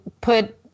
put